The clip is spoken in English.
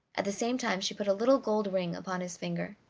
at the same time she put a little gold ring upon his finger.